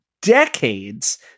decades